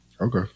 Okay